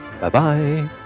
Bye-bye